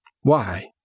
Why